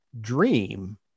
dream